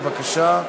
בבקשה.